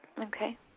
Okay